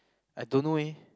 I don't know eh